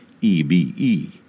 EBE